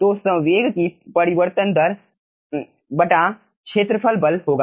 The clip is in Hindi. तो संवेग की परिवर्तन दर बटा क्षेत्रफल बल होगा